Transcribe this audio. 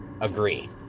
agree